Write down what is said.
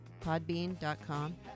podbean.com